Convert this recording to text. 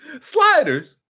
Sliders